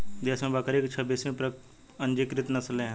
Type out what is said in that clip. देश में बकरी की छब्बीस पंजीकृत नस्लें हैं